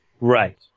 Right